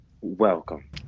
Welcome